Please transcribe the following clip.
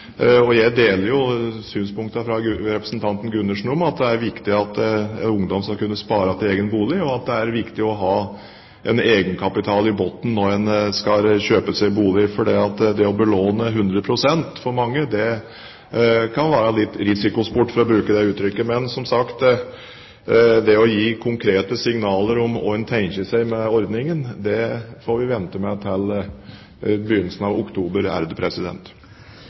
Jeg deler synspunktene til representanten Gundersen; at det er viktig at ungdom skal kunne spare til egen bolig, og at det er viktig å ha en egenkapital i bunnen når en skal kjøpe seg bolig. For det å belåne 100 pst. kan for mange være en risikosport – for å bruke det uttrykket. Men som sagt, å gi konkrete signaler om hva en tenker seg med ordningen, får vi vente med til begynnelsen av oktober.